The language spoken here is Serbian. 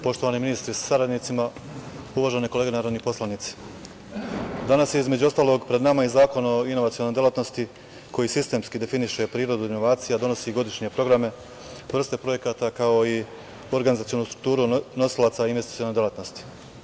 Poštovani ministri sa saradnicima, uvažene kolege narodni poslanici, danas je između ostalog pred nama i Zakon o inovacionoj delatnosti, koji sistemski definiše prirodu inovacija, donosi godišnje programe, vrste projekata, kao i organizacionu strukturu nosilaca investicione delatnosti.